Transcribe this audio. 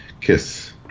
Kiss